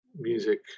music